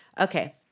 Okay